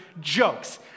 jokes